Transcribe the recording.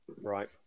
Right